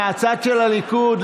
מהצד של הליכוד,